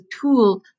tool